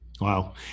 Wow